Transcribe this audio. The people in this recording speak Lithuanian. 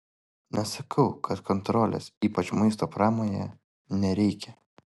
nesakau kad kontrolės ypač maisto pramonėje nereikia